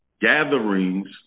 gatherings